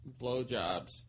blowjobs